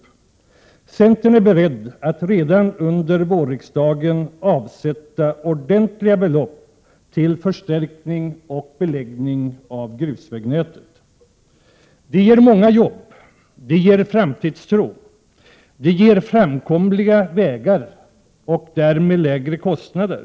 Vi i centern är beredda att redan under vårriksdagen avsätta ordentliga belopp till förstärkning och beläggning av grusvägnätet. Det skulle ge många jobb. Det skulle ge framtidstro. Det skulle ge framkomliga vägar och därmed lägre kostnader.